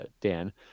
Dan